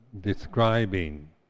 describing